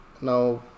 Now